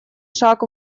шаг